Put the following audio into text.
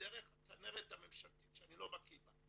דרך הצנרת הממשלתית שאני לא בקיא בה,